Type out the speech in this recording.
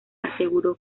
aseguró